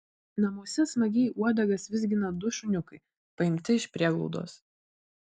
namuose smagiai uodegas vizgina du šuniukai paimti iš prieglaudos